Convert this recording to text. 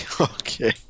Okay